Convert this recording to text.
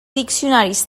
diccionaris